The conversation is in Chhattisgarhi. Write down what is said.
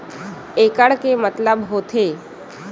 एकड़ के मतलब का होथे?